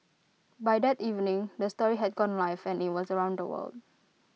by that evening the story had gone live and IT was around the world